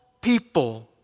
people